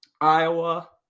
Iowa